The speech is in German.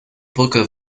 brücke